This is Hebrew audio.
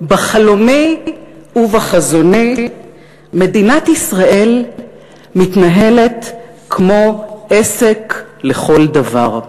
בחלומי ובחזוני מדינת ישראל מתנהלת כמו עסק לכל דבר.